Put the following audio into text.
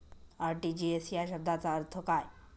RTGS या शब्दाचा अर्थ काय?